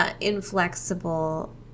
inflexible